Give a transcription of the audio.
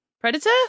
Predator